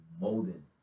molding